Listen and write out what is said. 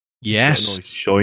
Yes